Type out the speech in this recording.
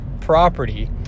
property